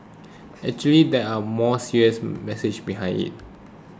actually there are more serious message behind it